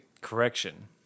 correction